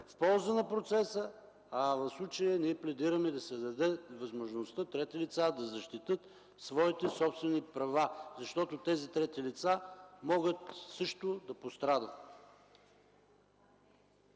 в полза на процеса, а ние тук пледираме да се даде възможност на трети лица да защитят своите собствени права, защото те също могат да пострадат.